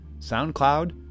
SoundCloud